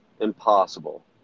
impossible